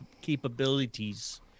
capabilities